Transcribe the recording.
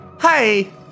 Hey